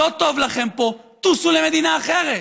לא טוב לכם פה, טוסו למדינה אחרת.